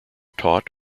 taught